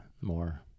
more